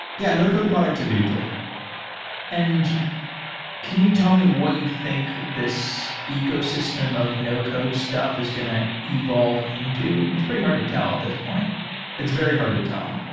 yeah, no-code productivity tool and can you tell me what you think this ecosystem of no-code stuff is going to evolve into? it's pretty hard to tell at this point it's very hard to tell,